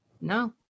No